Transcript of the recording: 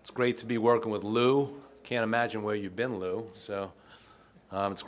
it's great to be working with lou can't imagine where you've been low so it's